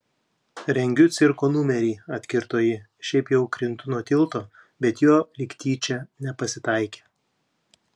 rengiu cirko numerį atkirto ji šiaip jau krintu nuo tilto bet jo lyg tyčia nepasitaikė